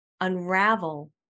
unravel